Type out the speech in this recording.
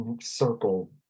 circle